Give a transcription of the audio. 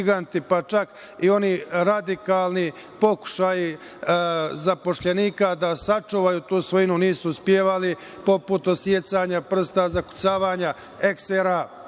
pa čak i oni radikalni pokušaji zaposlenika da sačuvaju tu svojinu nisu uspevali, poput odsecanja prsta, zakucavanja eksera